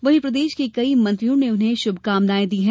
वहीं प्रदेश के कई मंत्रियों ने उन्हें शुभकामनाएं दी हैं